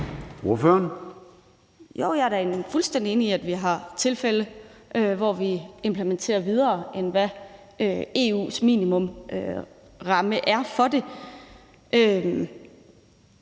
(RV): Jo, jeg er da fuldstændig enig i, at vi har tilfælde, hvor vi implementerer videre, end hvad EU's minimumsramme er for det.